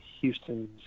Houston